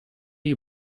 you